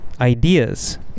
ideas